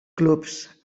clubs